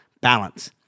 balance